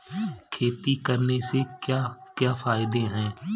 खेती करने से क्या क्या फायदे हैं?